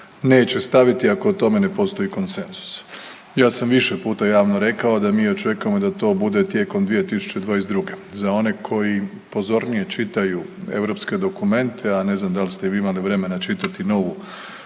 neće staviti ako o tome ne postoji konsenzus. Ja sam više puta javno rekao da mi očekujemo da to bude tijekom 2022.. Za one koji pozornije čitaju europske dokumente, a ne znam dal ste vi imali vremena čitati novu